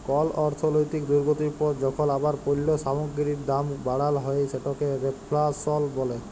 call অর্থলৈতিক দুর্গতির পর যখল আবার পল্য সামগ্গিরির দাম বাড়াল হ্যয় সেটকে রেফ্ল্যাশল ব্যলে